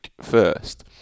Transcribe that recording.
first